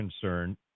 concern